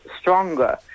stronger